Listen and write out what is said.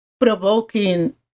provoking